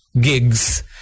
gigs